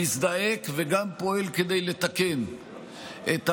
מזדעק וגם פועל כדי לתקן את המצב,